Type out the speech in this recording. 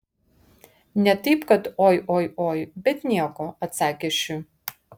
ne taip kad oi oi oi bet nieko atsakė ši